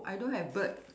I don't have bird